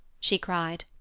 she cried.